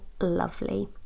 lovely